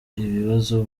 ibibazo